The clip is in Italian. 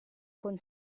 con